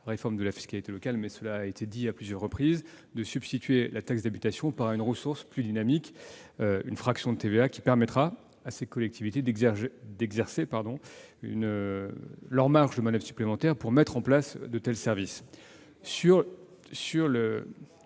réforme de la fiscalité locale- cela a été dit à plusieurs reprises -, de substituer à la taxe d'habitation une ressource plus dynamique : une fraction de TVA qui leur octroiera une marge de manoeuvre supplémentaire pour mettre en place de tels services.